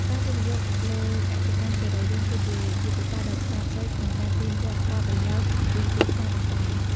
ការវិនិយោគលើកសិកម្មសរីរាង្គគឺជាយុទ្ធសាស្ត្រដ៏ឆ្លាតវៃក្នុងការទាញយកផលប្រយោជន៍ពីទីផ្សារតំបន់។